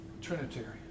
Trinitarian